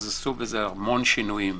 עשו בזה המון שינויים.